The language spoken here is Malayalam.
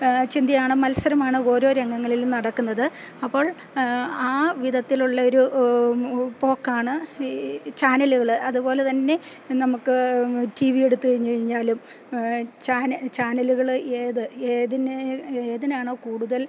ചിന്തയാണ് മത്സരമാണ് ഓരോ രംഗങ്ങളിലും നടക്കുന്നത് അപ്പോൾ ആ വിധത്തിലുള്ളൊരു പോക്കാണ് ഈ ചാനലുകള് അതുപോലെ തന്നെ നമുക്ക് ടി വി എടുത്തുകഴിഞ്ഞാലും ചാനലുകളില് ഏതിനാണോ കൂടുതൽ